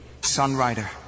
Sunrider